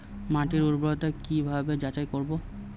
মাটির উর্বরতা কি ভাবে যাচাই করব?